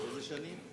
איזה שנים?